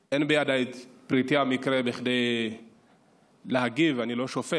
אין בידיי פרטי המקרה כדי להגיב, אני לא שופט,